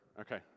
Okay